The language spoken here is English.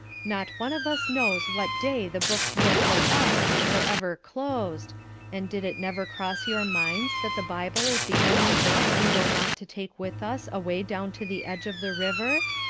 not one of us knows what day the books will for us be for ever closed and did it never cross your minds that the bible is the only book we will want to take with us away down to the edge of the river?